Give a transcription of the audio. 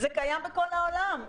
זה קיים בכל העולם.